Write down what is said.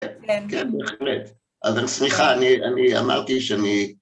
כן, בהחלט. אבל סליחה, אני אמרתי שאני...